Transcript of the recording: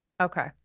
Okay